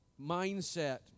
mindset